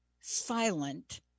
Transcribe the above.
silent